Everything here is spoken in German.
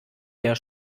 der